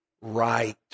right